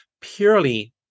purely